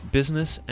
business